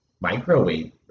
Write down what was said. microwave